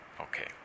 Okay